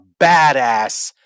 badass